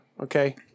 Okay